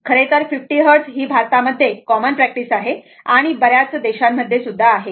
खरेतर 50 हर्ट्झ ही भारता मध्ये कॉमन प्रॅक्टिस आहे आणि बऱ्याच देशांमध्ये सुद्धा आहे